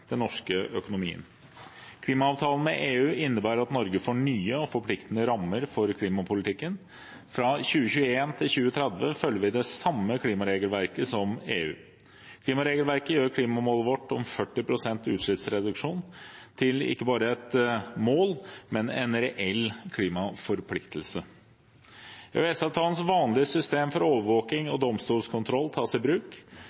den norske økonomien. Klimaavtalen med EU innebærer at Norge får nye og forpliktende rammer for klimapolitikken. Fra 2021 til 2030 følger vi det samme klimaregelverket som EU. Klimaregelverket gjør klimamålet vårt om 40 pst. utslippsreduksjon til ikke bare et mål, men en reell klimaforpliktelse. EØS-avtalens vanlige system for overvåking og domstolskontroll tas i bruk.